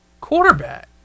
quarterback